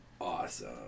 awesome